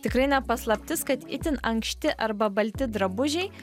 tikrai ne paslaptis kad itin ankšti arba balti drabužiai